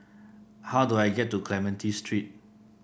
how do I get to Clementi Street